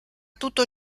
tutto